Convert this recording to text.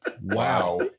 Wow